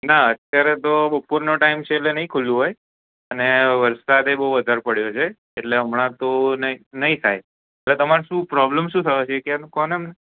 ના અત્યારે તો બપોરનો ટાઇમ છે એટલે નઈ ખુલ્યું હોય અને વરસાદે બહુ વધારે પડ્યો છે અને તો હમણાં તો નહીં નહી થાય પ્રોબ્લમ શું થયું છે એ કોને અમને